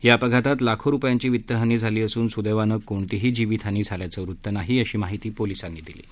या अपघातात लाखो रुपयांची वित्तहानी झाली असून सुदद्ध्मे कोणतीही जीवित हानी झाली नाही अशी माहिती पोलिसांनी दिली आहे